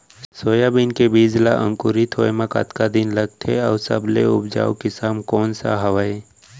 Soybean के बीज ला अंकुरित होय म कतका दिन लगथे, अऊ सबले उपजाऊ किसम कोन सा हवये?